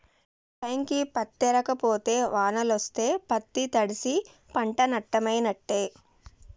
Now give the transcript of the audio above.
టైంకి పత్తేరక పోతే వానలొస్తే పత్తి తడ్సి పంట నట్టమైనట్టే